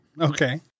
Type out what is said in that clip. okay